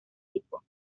tipo